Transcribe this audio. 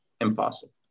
Impossible